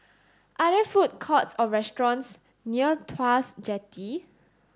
are there food courts or restaurants near Tuas Jetty